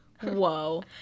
Whoa